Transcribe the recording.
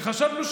בגדת בכל הערכים